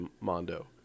Mondo